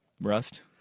Rust